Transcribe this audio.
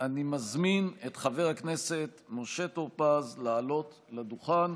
אני מזמין את חבר הכנסת משה טור פז לעלות לדוכן.